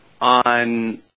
on